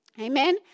Amen